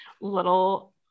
little